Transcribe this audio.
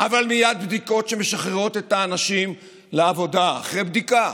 אבל מייד בדיקות שמשחררות את האנשים לעבודה אחרי בדיקה.